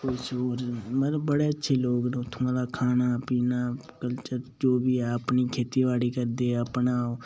तुस जरूर मतलब बड़े अच्छे लोग न उत्थुआं दा खाना पीना कल्चर जो बी ऐ अपनी खेती बाड़ी करदे अपना ओह्